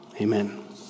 Amen